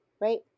right